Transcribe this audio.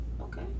okay